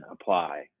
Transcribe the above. apply